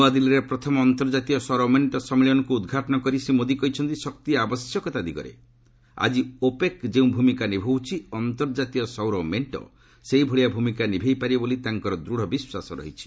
ନୂଆଦିଲ୍ଲୀରେ ପ୍ରଥମ ଅନ୍ତର୍କାତୀୟ ସୌର ମେଣ୍ଟ ସମ୍ମିଳନୀକୁ ଉଦ୍ଘାଟନ କରି ଶ୍ରୀ ମୋଦି କହିଛନ୍ତି ଶକ୍ତି ଆବଶ୍ୟକତା ଦିଗରେ ଆଜି ଓପେକ୍ ଯେଉଁ ଭୂମିକା ନିଭାଉଛି ଅନ୍ତର୍ଜାତୀୟ ସୌର ମେଣ୍ଟ ସେହିଭଳିଆ ଭୂମିକା ନିଭାଇ ପାରିବ ବୋଲି ତାଙ୍କର ଦୂଢ଼ ବିଶ୍ୱାସ ରହିଛି